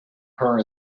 her